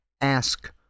ask